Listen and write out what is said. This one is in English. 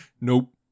nope